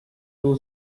two